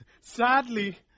Sadly